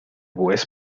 puedes